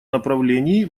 направлении